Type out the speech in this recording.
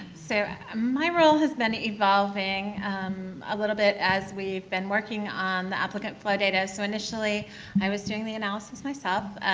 so ah my role has been evolving a little bit as we have been working on the applicant flow data. so initially i was doing the analysis myself,